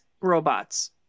robots